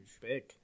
Big